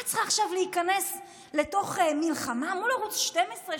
מה את צריכה עכשיו להיכנס לתוך מלחמה מול ערוץ 12,